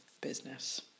business